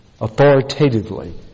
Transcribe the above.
authoritatively